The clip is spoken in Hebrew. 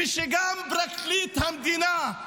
וגם פרקליט המדינה,